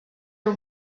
are